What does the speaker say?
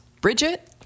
Bridget